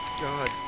God